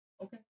Okay